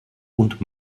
und